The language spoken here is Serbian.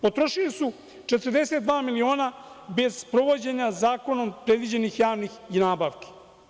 Potrošili su 42 miliona bez sprovođenja zakonom predviđenih javnih nabavki.